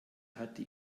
hatte